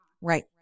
Right